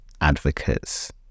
advocates